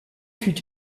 fut